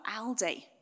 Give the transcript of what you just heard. Aldi